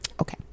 okay